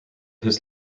his